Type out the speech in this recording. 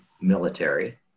military